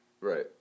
Right